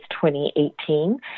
2018